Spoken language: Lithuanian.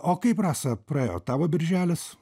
o kaip rasa praėjo tavo birželis